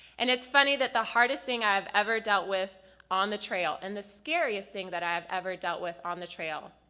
and it's funny that the hardest thing i have ever dealt with on the trail and the scariest thing i have ever dealt with on the trail